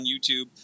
YouTube –